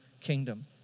kingdom